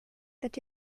that